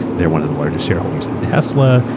they're one of the largest shareholders in tesla.